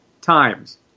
times